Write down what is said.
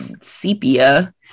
sepia